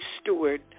steward